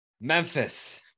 Memphis